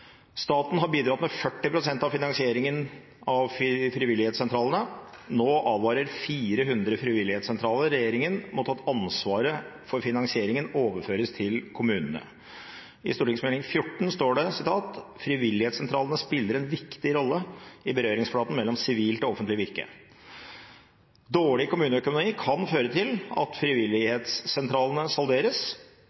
har bidratt med 40 pst. av finansieringen av frivilligsentralene. Nå advarer 400 frivilligsentraler regjeringen mot at ansvaret for finansieringen overføres til kommunene. I Meld. St. 14 står det at «Frivilligsentralene spiller en viktig rolle i berøringsflaten mellom sivil og offentlig virke». Dårlig kommuneøkonomi kan føre til at frivilligsentralene salderes.